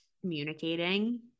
communicating